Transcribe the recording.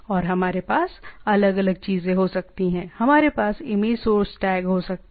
और हमारे पास अलग अलग चीजें हो सकती हैं हमारे पास इमेज सोर्स टैग हो सकते हैं